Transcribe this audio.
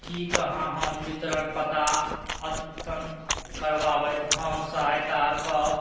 कि अहाँ हमर वितरण पता अद्यतन करबाबैमे हमर सहायता कऽ